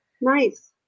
Nice